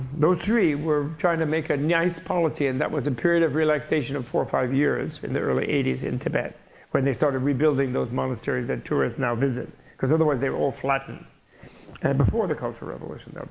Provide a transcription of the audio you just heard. those three were trying to make a nice policy. and that was a period of relaxation of four or five years in the early eighty s in tibet when they started rebuilding those monasteries that tourists now visit. because otherwise they were all flattened and before the cultural revolution.